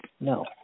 No